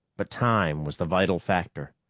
but time was the vital factor.